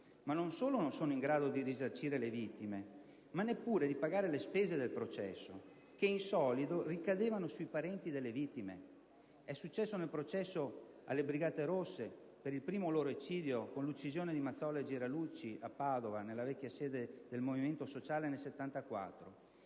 non solo non erano in grado di risarcire le vittime, ma neppure di pagare le spese del processo che, in solido, ricadevano sui parenti delle vittime. È successo nel processo alle Brigate rosse per il primo loro eccidio, con l'uccisione di Mazzola e Giralucci a Padova nel 1974, nella vecchia sede del Movimento sociale.